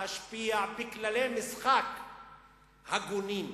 להשפיע בכללי משחק הגונים.